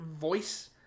voice